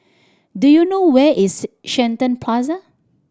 do you know where is Shenton Plaza